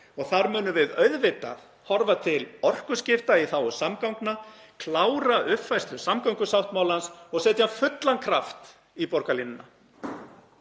og þar munum við auðvitað horfa til orkuskipta í þágu samgangna, klára uppfærslu samgöngusáttmálans og setja fullan kraft í borgarlínuna.